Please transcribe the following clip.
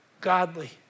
godly